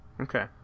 okay